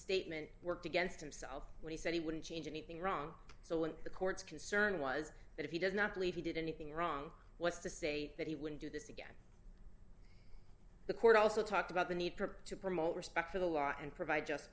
statement worked against himself when he said he wouldn't change anything wrong so when the court's concern was that if he does not believe he did anything wrong what's to say that he wouldn't do this again the court also talked about the need to promote respect for the law and provide just